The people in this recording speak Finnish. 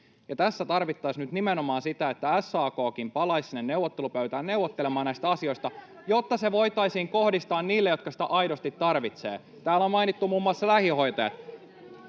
Tässä tarvittaisiin nyt nimenomaan sitä, että SAK:kin palaisi sinne neuvottelupöytään neuvottelemaan näistä asioista, [Krista Kiurun välihuuto — Ben Zyskowiczin välihuuto] jotta se voitaisiin kohdistaa niille, jotka sitä aidosti tarvitsevat. Täällä on mainittu muun muassa lähihoitajat.